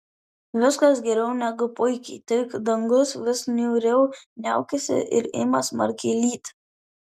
viskas geriau negu puikiai tik dangus vis niūriau niaukiasi ir ima smarkiai lyti